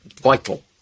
vital